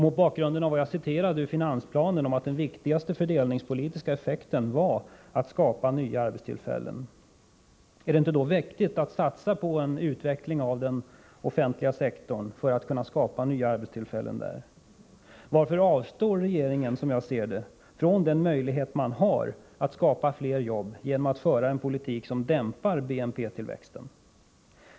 Mot bakgrund av vad jag citerade ur finansplanen om att den viktigaste fördelningspolitiska effekten var att skapa nya arbetstillfällen vill jag fråga: Är det inte då viktigt att satsa på en utveckling av den offentliga sektorn för att kunna skapa nya arbetstillfällen där? Varför avstår regeringen, som jag ser det, från den möjlighet den har att skapa fler jobb genom att föra en politik som dämpar BNP-tillväxten?